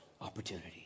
opportunity